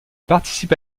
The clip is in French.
participe